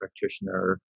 practitioner